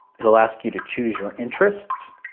it'll ask you to choose your interests.